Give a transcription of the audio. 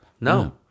No